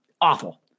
awful